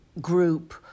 group